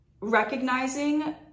recognizing